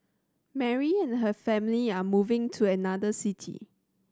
Mary and her family are moving to another city